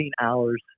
hours